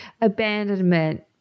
abandonment